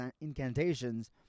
incantations